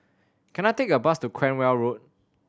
can I take a bus to Cranwell Road